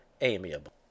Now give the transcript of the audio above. amiable